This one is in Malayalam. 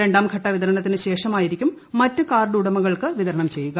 രണ്ടാംഘട്ട വിതരണത്തിനു ശേഷമായിരിക്കും മറ്റു കാർഡുടമകൾക്ക് വിതരണം ചെയ്യുക